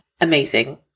Amazing